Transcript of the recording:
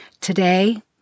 Today